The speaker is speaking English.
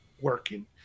working